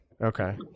Okay